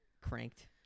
cranked